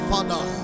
Father